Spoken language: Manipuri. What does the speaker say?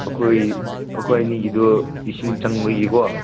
ꯑꯩꯈꯣꯏ ꯑꯩꯈꯣꯏ ꯑꯅꯤꯒꯤꯗꯨ ꯏꯁꯤꯡ ꯆꯪꯕꯒꯤꯀꯣ